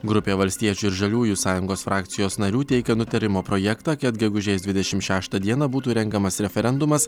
grupė valstiečių ir žaliųjų sąjungos frakcijos narių teikia nutarimo projektą kad gegužės dvidešim šeštą dieną būtų rengiamas referendumas